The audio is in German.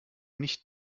nicht